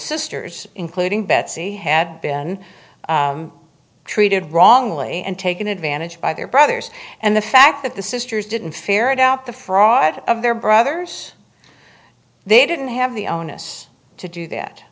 sisters including betsy had been treated wrongly and taken advantage of by their brothers and the fact that the sisters didn't ferret out the fraud of their brothers they didn't have the onus to do that